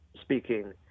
speaking